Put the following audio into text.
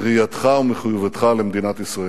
ראייתך ומחויבותך למדינת ישראל,